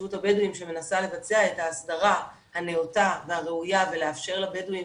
התיישבות הבדואים שמנסה לבצע את ההסדרה הנאותה והראויה ולאפשר לבדואים